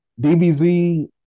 DBZ